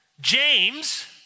James